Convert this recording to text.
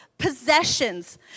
possessions